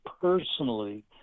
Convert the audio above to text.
personally